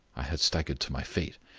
i had staggered to my feet.